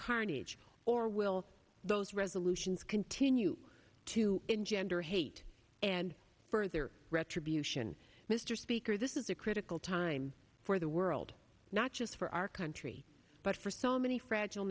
carnage or will those resolutions continue to engender hate and further retribution mr speaker this is a critical time for the world not just for our country but for so many fragile